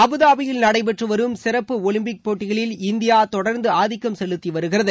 அபுதாபியில் நடைபெற்றுவரும் சிறப்பு ஒலிம்பிக் போட்டிகளில் இந்தியா தொடர்ந்து ஆதிக்கம் செலுத்தி வருகிறது